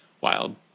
Wild